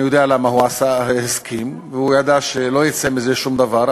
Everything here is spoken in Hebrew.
אני יודע למה הוא הסכים: הוא ידע שלא יצא מזה שום דבר,